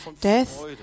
death